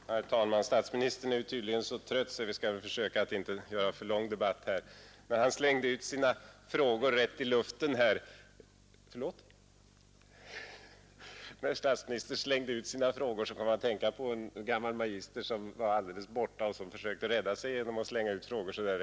Herr talman! Statsministern är tydligen så trött att vi väl skall försöka att inte göra debatten för lång. När statsministern slängde ut sina frågor här, rakt ut i luften, kom jag att tänka på en gammal magister som var alldeles borta och som försökte rädda sig genom att slänga ut frågor så där.